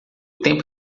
tempo